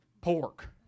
pork